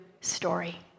story